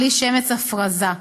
בלי שמץ הפרזה.